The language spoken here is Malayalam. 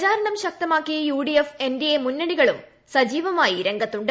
പ്രചാരണം ശക്തമാക്കി യുഡിഎഫ് എൻഡിഎ മുന്നണികളും സജീവമായി രംഗത്തുണ്ട്